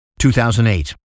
2008